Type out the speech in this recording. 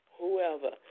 whoever